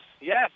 Yes